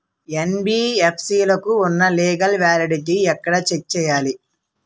NBFC లకు ఉన్నా legal validity ఎక్కడ చెక్ చేయాలి?